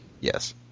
yes